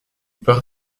part